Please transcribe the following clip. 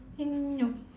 hmm no